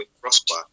prosper